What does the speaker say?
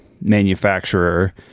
manufacturer